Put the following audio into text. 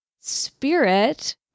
Spirit